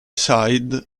side